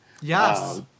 Yes